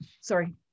sorry